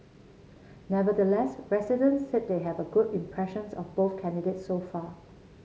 nevertheless residents said they have good impressions of both candidates so far